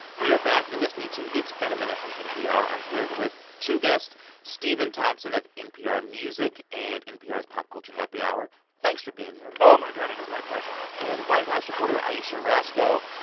we are back. you're listening to it's been a minute from npr. i'm here with two guests stephen thompson of npr music and npr's pop culture happy hour thanks for being here oh, my god. it is my pleasure. and white house reporter ayesha rascoe.